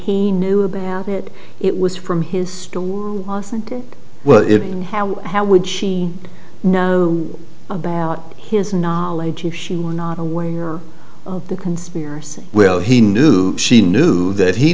he knew about it it was from his store how how would she know about his knowledge if she were not away or the conspiracy well he knew she knew that he